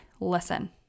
listen